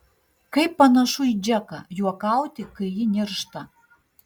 kaip panašu į džeką juokauti kai ji niršta